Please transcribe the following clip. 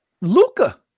Luca